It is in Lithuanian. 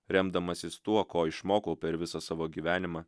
remdamasis tuo ko išmokau per visą savo gyvenimą